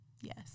Yes